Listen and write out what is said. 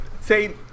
say